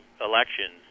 elections